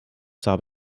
saab